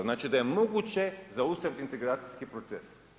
Znači da je moguće zaustaviti integracijski proces.